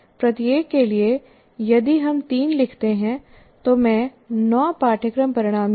प्रत्येक के लिए यदि हम तीन लिखते हैं तो मैं नौ पाठ्यक्रम परिणाम लिखूंगा